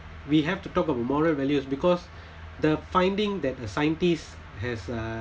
we have to talk about moral values because the finding that a scientist has uh